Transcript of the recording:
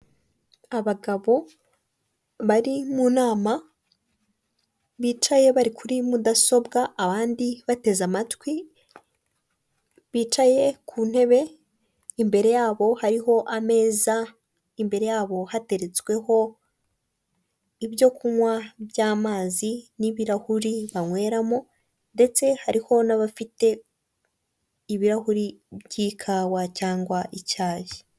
Umuntu ugaragara nk'umuyobozi ahagaze imbere y'abantu bigaragara ko bamuteze amatwi afite indangururamajwi. Imbere ye hari amahema manini ariko uburyo ateguyemo afite atatse mu buryo bw'amabara y'ibendera ry'igihugu, hirya ye hari abantu bagaragara nk'abashinzwe umutekano bari kugenda bashyira abantu ku murongo.